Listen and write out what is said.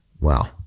Wow